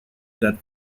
that